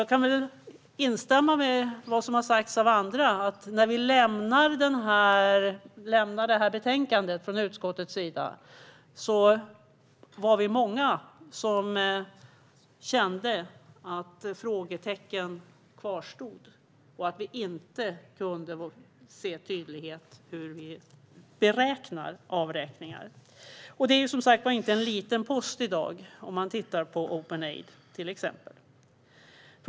Jag kan instämma i det som har sagts av andra: När utskottet lämnade detta betänkande var vi många som kände att frågetecken kvarstod och att vi inte kunde se någon tydlighet i hur avräkningar beräknas. Detta är som sagt inte någon liten post i dag, om man till exempel tittar på openaid.se.